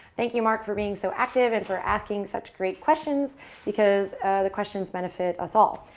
thank you mark for being so active and for asking such great questions because the questions benefit us all.